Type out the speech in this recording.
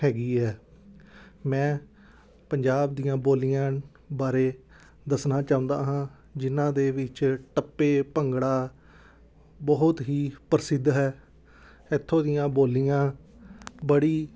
ਹੈਗੀ ਹੈ ਮੈਂ ਪੰਜਾਬ ਦੀਆਂ ਬੋਲੀਆਂ ਬਾਰੇ ਦੱਸਣਾ ਚਾਹੁੰਦਾ ਹਾਂ ਜਿਨ੍ਹਾਂ ਦੇ ਵਿੱਚ ਟੱਪੇ ਭੰਗੜਾ ਬਹੁਤ ਹੀ ਪ੍ਰਸਿੱਧ ਹੈ ਇੱਥੋਂ ਦੀਆਂ ਬੋਲੀਆਂ ਬੜੀ